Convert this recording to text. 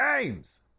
games